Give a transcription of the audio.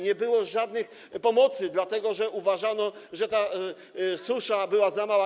Nie było żadnej pomocy, dlatego że uważano, że ta susza była za mała.